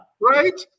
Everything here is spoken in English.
Right